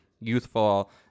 youthful